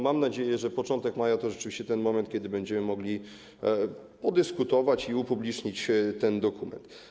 Mam nadzieję, że początek maja to będzie rzeczywiście ten moment, kiedy będziemy mogli o tym podyskutować i upublicznić ten dokument.